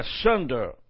asunder